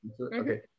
Okay